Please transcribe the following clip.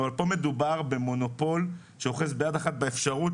אבל כאן מדובר במונופול שאוחז ביד אחת באפשרות